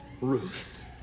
Ruth